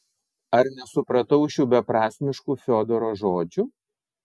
ar nesupratau šių beprasmiškų fiodoro žodžių